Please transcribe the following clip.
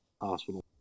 Hospital